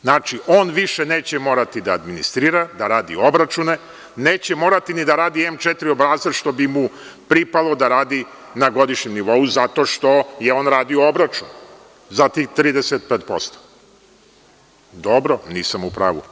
Znači, on više neće morati administrira, da radi obračune, neće morati ni da radi M4 obrazac što bi mu pripalo da radi na godišnjem nivou zato što je on radio obračun za tih 35%. (Slavica Đukić Dejanović, s mesta: Niste u pravu.) Dobro nisam u pravu.